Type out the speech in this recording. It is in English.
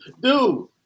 dude